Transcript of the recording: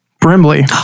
Brimley